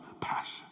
passion